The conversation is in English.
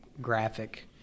graphic